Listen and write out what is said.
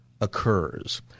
occurs